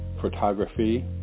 photography